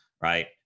right